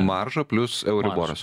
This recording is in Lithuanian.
marža plius euriboras